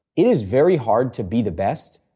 it is very hard to be the best,